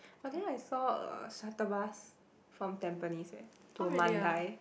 but then I saw a shuttle bus from Tampines eh to Mandai